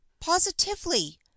positively